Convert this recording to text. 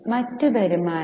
മറ്റ് വരുമാനം